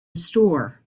store